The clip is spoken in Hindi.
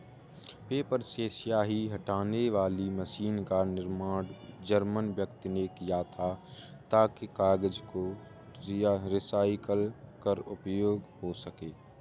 पेपर से स्याही हटाने वाली मशीन का निर्माण जर्मन व्यक्ति ने किया था ताकि कागज को रिसाईकल कर उपयोग हो सकें